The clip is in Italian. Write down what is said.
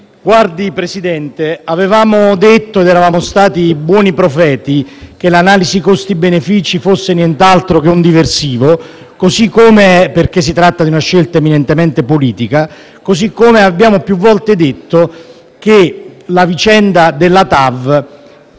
TAV. Presidente, avevamo previsto - ed eravamo stati buoni profeti - che l'analisi costi-benefici sarebbe stata nient'altro che un diversivo, perché si tratta di una scelta eminentemente politica; così come abbiamo più volte detto che la vicenda della TAV